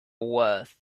worth